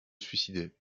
suicider